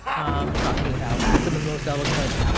um talking about some of the most eloquent